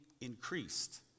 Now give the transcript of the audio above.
increased